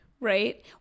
Right